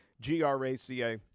G-R-A-C-A